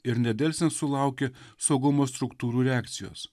ir nedelsiant sulaukė saugumo struktūrų reakcijos